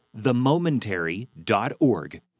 themomentary.org